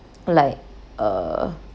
like uh